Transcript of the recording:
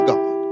God